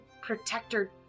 protector